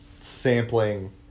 sampling